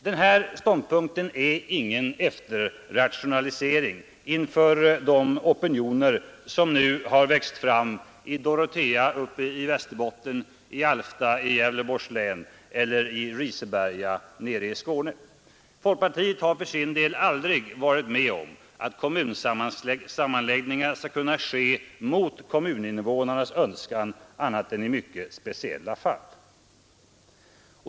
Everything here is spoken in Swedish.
Den här ståndpunkten är ingen efterrationalisering inför de opinioner som nu har växt fram i Dorotea uppe i Västerbotten, i Alfta i Gävleborgs län eller i Riseberga nere i Skåne. Folkpartiet har för sin del aldrig varit med om att kommunsammanläggningar skall kunna ske mot kommuninvånarnas önskan annat än i mycket speciella fall.